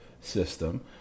system